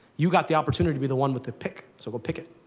you got the opportunity to be the one with the pick. so we'll pick it,